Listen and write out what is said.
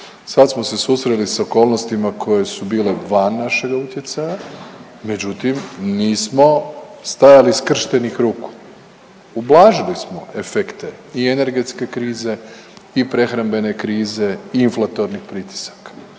Sad smo se susreli s okolnostima koje su bile van našeg utjecaja, međutim nismo stajali skrštenih ruku, ublažili smo efekte i energetske krize i prehrambene krize i inflatornih pritisaka.